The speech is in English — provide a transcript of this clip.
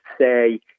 say